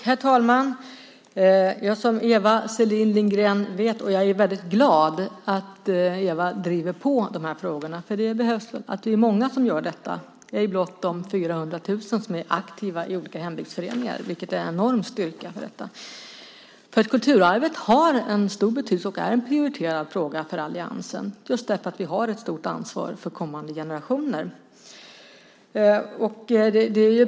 Herr talman! Jag är glad att Eva Selin Lindgren driver på dessa frågor. Det behövs att många gör det, inte bara de 400 000 som är aktiva i olika hembygdsföreningar, vilka i och för sig är en enorm styrka för detta. Kulturarvet har en stor betydelse och är en prioriterad fråga för alliansen, just för att vi har ett stort ansvar för kommande generationer.